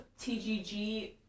tgg